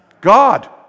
God